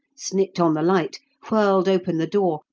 snicked on the light, whirled open the door,